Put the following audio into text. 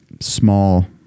small